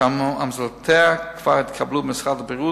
שהמלצותיה כבר התקבלו במשרד הבריאות,